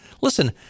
Listen